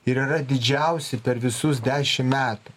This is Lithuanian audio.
ir yra didžiausi per visus dešimt metų